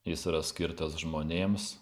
jis yra skirtas žmonėms